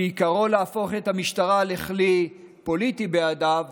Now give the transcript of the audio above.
שעיקרו להפוך את המשטרה לכלי פוליטי בידיו,